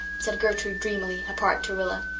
said gertrude dreamily, apart to rilla,